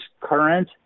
current